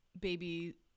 baby